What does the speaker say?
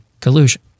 collusion